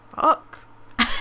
fuck